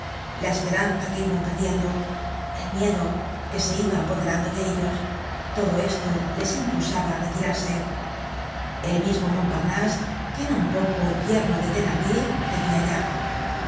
la esperanza que iban perdiendo el miedo que se iba apoderando de ellos todo esto les impulsaba á retirarse el mismo montparnase que era un poco yerno de thenardier cedia ya